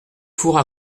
fours